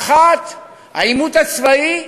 האחת, העימות הצבאי,